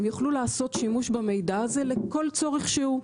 הם יוכלו לעשות שימוש במידע הזה לכל צורך שהוא,